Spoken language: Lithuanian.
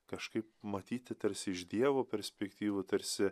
kažkaip matyti tarsi iš dievo perspektyvų tarsi